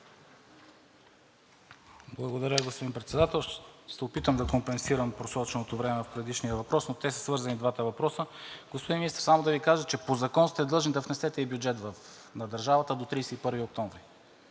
Благодаря, господин Председател. Ще се опитам да компенсирам просроченото време в предишния въпрос, но те са свързани двата въпроса. Господин Министър, само да Ви кажа, че по закон сте длъжен да внесете и бюджет на държавата до 31 октомври.